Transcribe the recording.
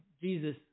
Jesus